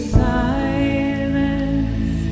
silence